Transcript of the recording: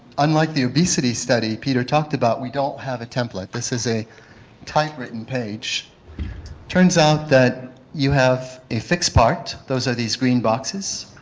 unlike the obesity study peter talked about we don't have a template. this is a type written page. it turns out that you have a fixed part, those are these green boxes,